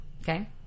Okay